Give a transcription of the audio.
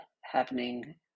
happening